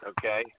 okay